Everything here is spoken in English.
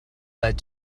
led